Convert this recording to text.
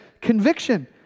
conviction